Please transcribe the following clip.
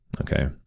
okay